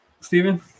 Stephen